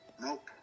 Nope